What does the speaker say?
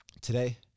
Today